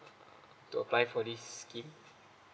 to apply for this scheme